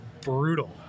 brutal